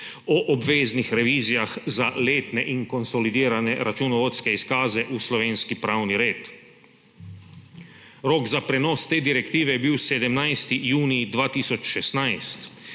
o obveznih revizijah za letne in konsolidirane računovodske izkaze v slovenski pravni red. Rok za prenos te direktive je bil 17. junij 2016,